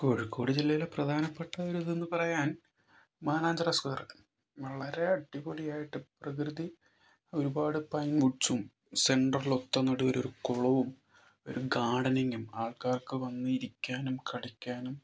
കോഴിക്കോട് ജില്ലയിലെ പ്രധാനപ്പെട്ട ഒരിതെന്ന് പറയാൻ മാനാഞ്ചിറ സ്ക്വയർ വളരെ അടിപൊളിയായിട്ട് പ്രകൃതി ഒരുപാട് പൈൻ മുച്ചും സെൻ്ററിൽ ഒത്ത നടുവിൽ ഒരു കുളവും ഒരു ഗാർഡനിങ്ങും ആൾക്കാർക്ക് വന്നിരിക്കാനും കളിക്കാനും